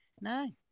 no